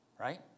right